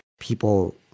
people